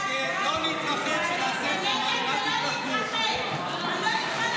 ההצעה להעביר לוועדה את הצעת חוק העונשין (תיקון,